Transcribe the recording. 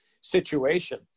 situation